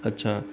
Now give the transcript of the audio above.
अच्छा